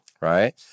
Right